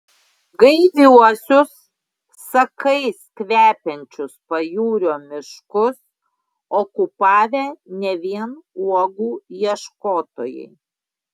gaiviuosius sakais kvepiančius pajūrio miškus okupavę ne vien uogų ieškotojai